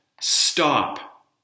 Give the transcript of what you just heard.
Stop